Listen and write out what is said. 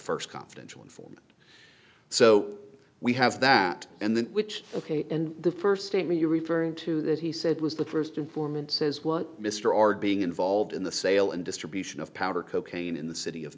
first confidential informant so we have that and then which ok and the first statement you referred to that he said was the first informant says what mr are being involved in the sale and distribution of powder cocaine in the city of